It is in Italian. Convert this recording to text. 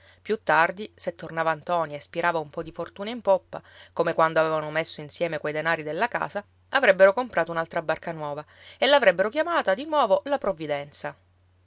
più tardi se tornava ntoni e spirava un po di fortuna in poppa come quando avevano messo insieme quei denari della casa avrebbero comprato un'altra barca nuova e l'avrebbero chiamata di nuovo la provvidenza